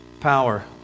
Power